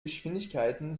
geschwindigkeiten